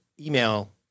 email